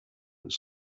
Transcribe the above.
ist